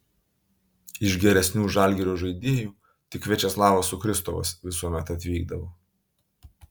iš geresnių žalgirio žaidėjų tik viačeslavas sukristovas visuomet atvykdavo